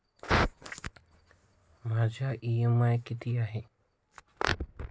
माझा इ.एम.आय किती आहे?